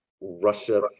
Russia